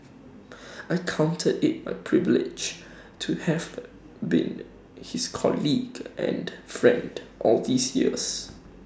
I counted IT my privilege to have been his colleague and friend all these years